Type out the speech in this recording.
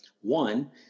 one